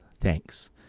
Thanks